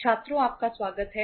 छात्रों आपका स्वागत है